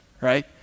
right